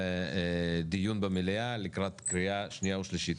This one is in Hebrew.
לדיון במליאה לקראת קריאה שנייה ושלישית.